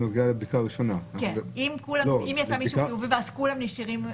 אם יצא מישהו חיובי, כולם נשארים.